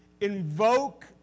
invoke